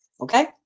Okay